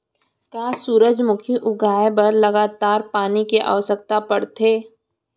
का सूरजमुखी उगाए बर लगातार पानी के आवश्यकता भरथे?